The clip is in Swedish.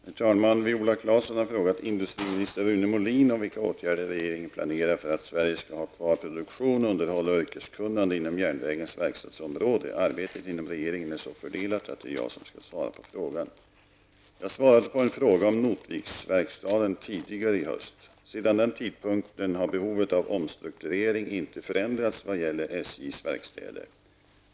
Herr talman! Viola Claesson har frågat industriminister Rune Molin vilka åtgärder regeringen planerar för att Sverige skall ha kvar produktion, underhåll och yrkeskunnande inom järnvägens verkstadsområde. Arbetet inom regeringen är så fördelat att det är jag som skall svara på frågan. Jag svarade på en fråga om Notviksverkstaden tidigare i höst. Sedan den tidpunkten har behovet av omstrukturering inte förändrats vad gäller SJs verkstäder.